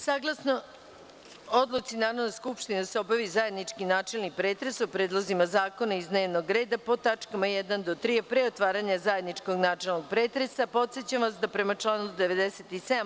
Saglasno odluci Narodne skupštine da se obavi zajednički načelni pretres o predlozima zakona iz dnevnog reda po tačkama 1. do 3, a pre otvaranja zajedničkog načelnog pretresa, podsećam vas da prema članu 97.